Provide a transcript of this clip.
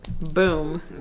Boom